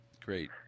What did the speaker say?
Great